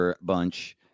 bunch